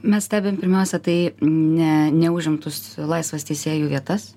mes stebim pirmiausia tai ne neužimtus laisvas teisėjų vietas